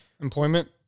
employment